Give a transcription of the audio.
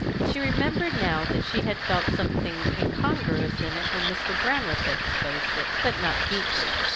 she remembered now that she had felt something incongruous in it when mr. brandreth exposed it, but not deeply.